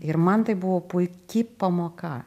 ir man tai buvo puiki pamoka